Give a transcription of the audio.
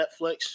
Netflix